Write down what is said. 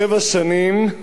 שבע שנים,